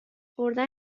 بردن